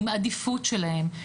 עם עדיפות שלהם,